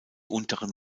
unteren